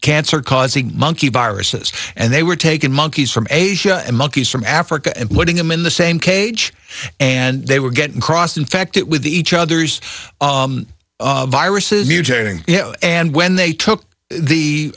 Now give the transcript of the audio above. causing monkey viruses and they were taken monkeys from asia and monkeys from africa and putting them in the same cage and they were getting crossed infected with each other's viruses mutating and when they took the